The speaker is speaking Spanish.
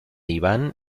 iván